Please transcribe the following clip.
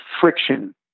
friction